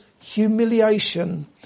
humiliation